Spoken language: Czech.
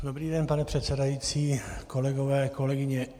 Dobrý den, pane předsedající, kolegové a kolegyně.